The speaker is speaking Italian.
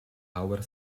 howard